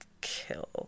kill